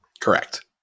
Correct